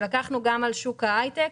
לגבי שוק ההייטק,